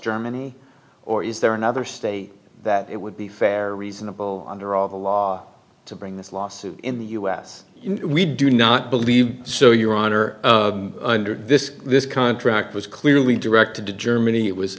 germany or is there another state that it would be fair or reasonable under all the law to bring this lawsuit in the u s we do not believe so your honor under this this contract was clearly directed to germany